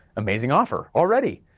amazing offer, already,